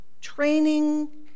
training